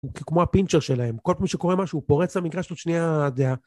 הוא כמו הפינצ'ר שלהם, כל פעם שקורה משהו הוא פורץ למגרש ומשמיע דעה.